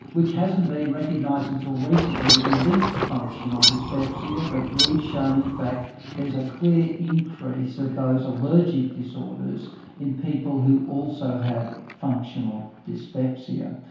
which hasn't been recognised until recently to be linked to functional dyspepsia but we've shown in fact there's a clear increase of those allergic disorders in people who also have functional dyspepsia.